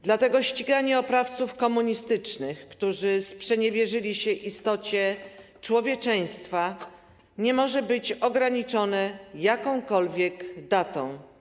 Dlatego ściganie oprawców komunistycznych, którzy sprzeniewierzyli się istocie człowieczeństwa, nie może być ograniczone jakąkolwiek datą.